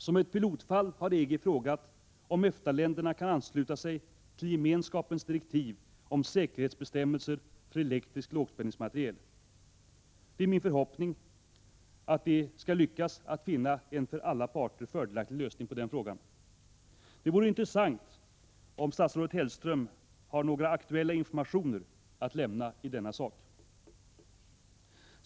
Som ett pilotfall har EG frågat om EFTA-länderna kan ansluta sig till Gemenskapens direktiv om säkerhetsbestämmelser för elektrisk lågspänningsmateriel. Det är min förhoppning att man skall lyckas att finna en för alla parter fördelaktig lösning på denna fråga. Det vore intressant om statsrådet Hellström har några aktuella informationer att lämna i denna sak.